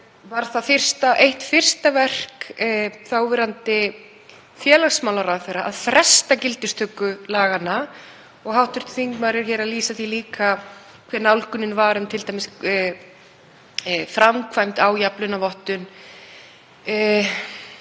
var það eitt fyrsta verk þáverandi félagsmálaráðherra að fresta gildistöku laganna og hv. þingmaður er hér að lýsa því líka hver nálgunin var um t.d. framkvæmd á jafnlaunavottun